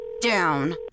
down